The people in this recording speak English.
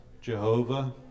Jehovah